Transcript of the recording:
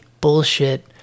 bullshit